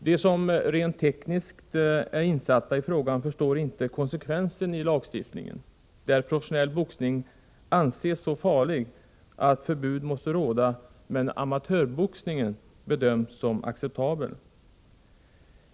De som rent tekniskt är insatta i frågan förstår inte konsekvensen i lagstiftningen, enligt vilken professionell boxning anses så farlig att förbud måste råda men amatörboxning bedöms som acceptabel.